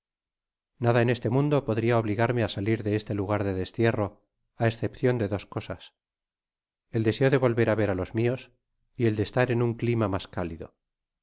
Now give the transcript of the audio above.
nada en este mundo podria obligarme á salir de este lu gar de destierro á escepcion de dos cosas el deseo de volver á ver á los mios y el de estar eii un clima mas cálido